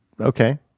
Okay